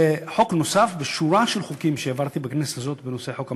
זה חוק נוסף בשורה של חוקים שהעברתי בכנסת הזאת בנושא חוק המכר,